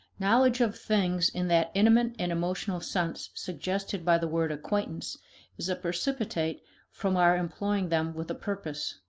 knowledge of things in that intimate and emotional sense suggested by the word acquaintance is a precipitate from our employing them with a purpose.